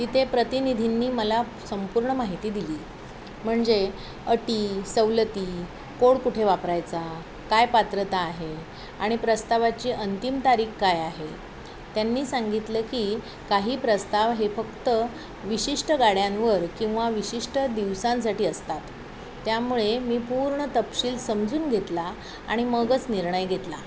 तिथे प्रतिनिधींनी मला संपूर्ण माहिती दिली म्हणजे अटी सवलती कोड कुठे वापरायचा काय पात्रता आहे आणि प्रस्तावाची अंतिम तारीख काय आहे त्यांनी सांगितलं की काही प्रस्ताव हे फक्त विशिष्ट गाड्यांवर किंवा विशिष्ट दिवसांसाठी असतात त्यामुळे मी पूर्ण तपशील समजून घेतला आणि मगच निर्णय घेतला